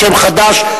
בשם חד"ש,